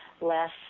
less